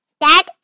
Dad